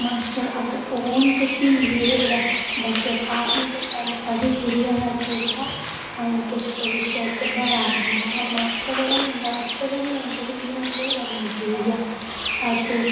master औन ते प्ही जाइयै बच्चे कुदै पढ़न ते पढ़ियै किश उंदा भविक्ख च किश बनै ते अगर मास्टर निं औन ते प्ही इनें केह् करना अग्गै जाइयै ते